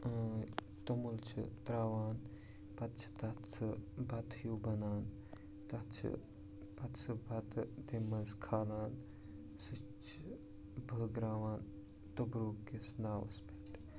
توٚمُل چھِ ترٛاوان پَتہٕ چھِ تَتھ سُہ بَتہٕ ہیٛوٗ بَنان تَتھ چھِ پَتہٕ سُہ بَتہٕ تَمہِ منٛز کھالان سُہ چھِ بٲگراوان توٚبروکِس ناوَس پٮ۪ٹھ